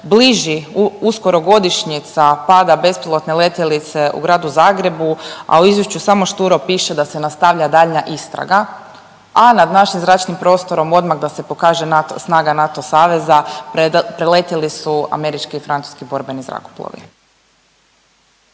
bliži uskoro godišnjica pada bespilotne letjelice u gradu Zagrebu a u izvješću samo šturo piše da se nastavlja daljnja istraga, a nad našim zračnim prostorom odmah da se pokaže snaga NATO saveza preletjeli su američki i francuski borbeni zrakoplovi.